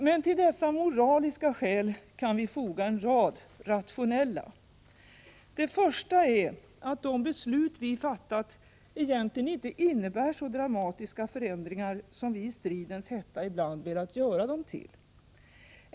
Men till dessa moraliska skäl kan vi foga en rad rationella: Det första är att de beslut vi fattat egentligen inte innebär så dramatiska förändringar som vi i stridens hetta ibland velat göra dem till.